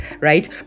right